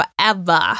forever